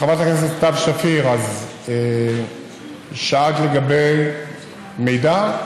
חברת הכנסת סתיו שפיר, שאלת לגבי מידע?